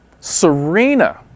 Serena